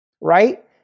right